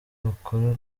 bakora